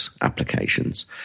applications